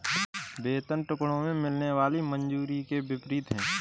वेतन टुकड़ों में मिलने वाली मजदूरी के विपरीत है